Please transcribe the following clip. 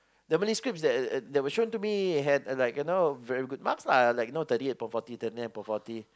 the Malay scrips that were shown to me had like you know very good marks lah like you know thirty eight appoint forty thirty nine appoint forty